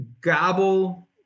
gobble